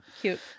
Cute